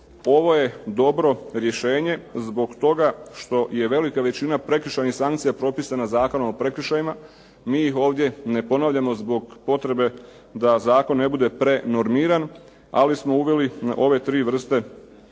Ovo je dobro rješenje zbog toga što je velika većina prekršajnih sankcija propisana Zakonom o prekršajima. Mi ih ovdje ne ponavljamo zbog potrebe da zakon ne bude prenormiran, ali smo uveli ove tri vrste